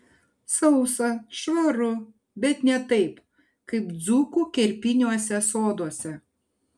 sausa švaru bet ne taip kaip dzūkų kerpiniuose soduose